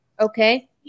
Okay